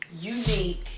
Unique